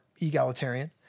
egalitarian